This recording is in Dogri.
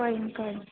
कोई नी कोई नी